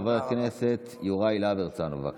חבר הכנסת יוראי להב הרצנו, בבקשה.